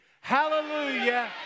Hallelujah